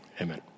amen